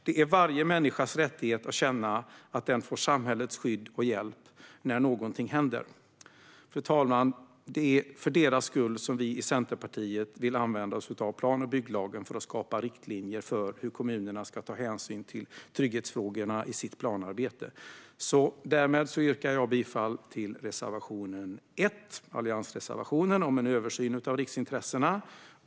Det är varje människas rättighet att känna att man får samhällets skydd och hjälp när någonting händer. Fru talman! Det är för deras skull som vi i Centerpartiet vill använda oss av plan och bygglagen för att skapa riktlinjer för hur kommunerna ska ta hänsyn till trygghetsfrågorna i sitt planarbete. Därmed yrkar jag bifall till reservation 1, alliansreservationen, om en översyn av riksintressena.